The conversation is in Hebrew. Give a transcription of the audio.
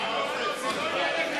אני מחכה שהוא ירד, והוא לא יורד.